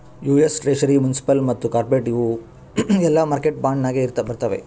US treasury, municipal ಮತ್ತ corporate ಇವು ಎಲ್ಲಾ ಮಾರ್ಕೆಟ್ ಬಾಂಡ್ ನಾಗೆ ಬರ್ತಾವ್